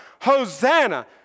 Hosanna